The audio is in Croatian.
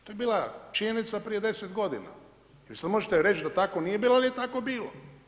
To je bila činjenica prije deset godina i sada možete reći da tako nije bilo ili je tako bilo.